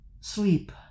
sleep